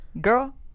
Girl